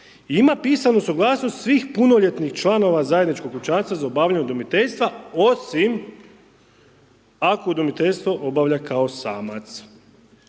Ima pisanu suglasnost svih punoljetnih članova zajedničkog kućanstva za obavljanje udomiteljstva, osim ako udomiteljstvo obavlja kao samac.